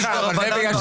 לעניין.